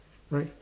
right